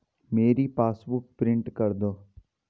मेरी passbook print कर दो